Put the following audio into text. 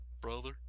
Brother